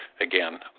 again